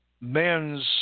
men's